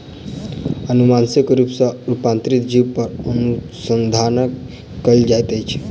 अनुवांशिक रूप सॅ रूपांतरित जीव पर अनुसंधान कयल जाइत अछि